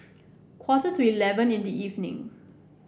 quarter to eleven in the evening